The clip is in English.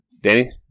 Danny